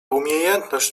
umiejętność